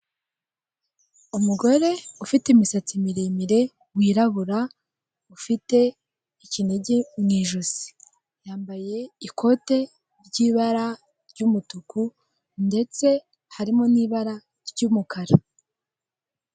Umugore ufite imisatsi miremire wirabura ufite ikinigi mu ijosi, yambaye ikote ry'ibara ry'umutuku ndetse harimo n'ibara ry'umukara.